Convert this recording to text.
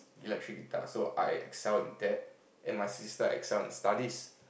electric guitar so I excel in that and my sister excel in studies